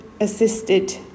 assisted